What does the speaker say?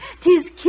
Tis